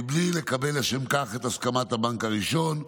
מבלי לקבל לשם כך את הסכמת הבנק הראשון וכו'